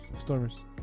Stormers